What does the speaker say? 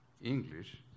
English